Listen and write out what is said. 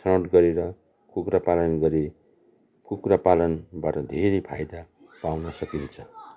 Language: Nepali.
छनौट गरेर कुखुरा पालन गरी कुखुरी पालन गर्न धेरै फाइदा पाउन सकिन्छ